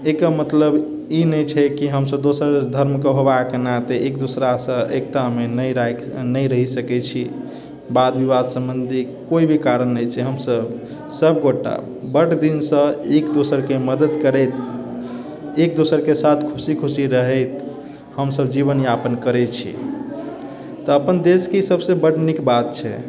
एहिके मतलब ई नहि छै कि हमसब दोसर धर्मके होबाके नाते एक दोसरासँ एकतामे नहि राखि नहि रहि सकै छी वाद विवाद सम्बन्धी कोइ भी कारण रहै छै हमसब सब गोटा बड दिनसँ एक दोसरके मदद करैत एक दोसरके साथ खुशी खुशी रहैत हमसब जीवन यापन करै छी तऽ अपन देशके ई सबसँ बड नीक बात छै